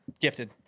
gifted